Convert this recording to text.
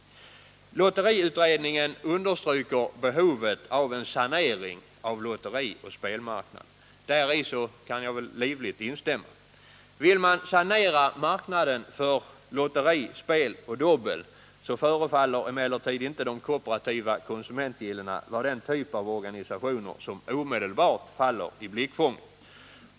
Lotteriutredningen understryker behovet av en sanering av lotterioch spelmarknaden. Däri kan jag livligt instämma. Vill man sanera marknaden för lotteri, spel och dobbel, förefaller emellertid inte de kooperativa konsumentgillena vara den typ av organisationer som omedelbart faller i blickfånget.